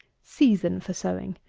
season for sowing.